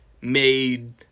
made